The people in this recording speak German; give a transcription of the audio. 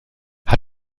hat